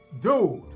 dude